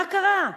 מה קרה?